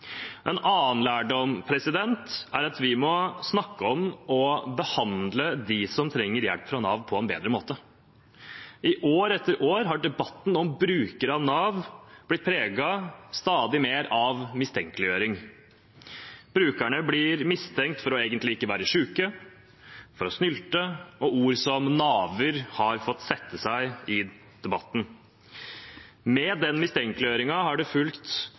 En annen lærdom er at vi må snakke om og behandle dem som trenger hjelp fra Nav, på en bedre måte. I år etter år har debatten om brukere av Nav blitt stadig mer preget av mistenkeliggjøring. Brukerne blir mistenkt for egentlig ikke å være syke, for å snylte, og ord som Nav-er har fått sette seg i debatten. Med den mistenkeliggjøringen har det fulgt